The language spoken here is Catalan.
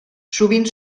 sovint